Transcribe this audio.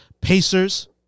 Pacers